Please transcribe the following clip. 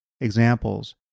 examples